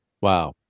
Wow